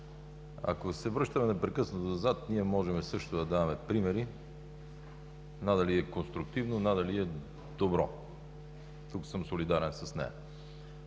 ако се връщаме непрекъснато назад, ние можем също да даваме примери. Надали е конструктивно, надали е добро. Тук съм солидарен с нея.